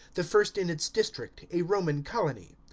the first in its district, a roman colony.